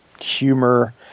humor